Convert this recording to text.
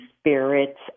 spirits